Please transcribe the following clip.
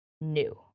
new